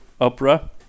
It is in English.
opera